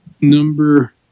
number